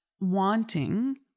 wanting